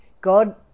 God